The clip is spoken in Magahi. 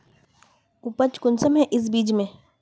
उपज कुंसम है इस बीज में?